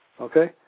okay